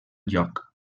lloc